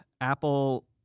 Apple